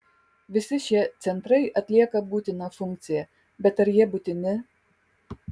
visi šie centrai atlieka būtiną funkciją bet ar jie būtini